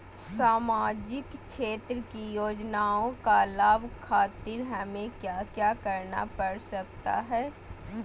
सामाजिक क्षेत्र की योजनाओं का लाभ खातिर हमें क्या क्या करना पड़ सकता है?